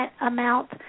amount